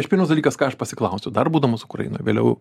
aš pirmas dalykas ką aš pasiklausiau dar būdamas ukrainoj vėliau